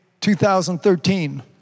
2013